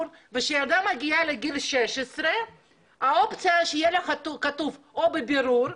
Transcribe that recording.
וכשהילדה מגיעה לגיל 16 האופציה שיהיה לה כתוב או 'בבירור',